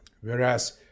Whereas